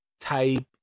type